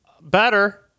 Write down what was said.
better